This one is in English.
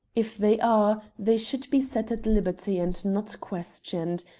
if they are, they should be set at liberty and not questioned.